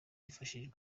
hifashishijwe